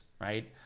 right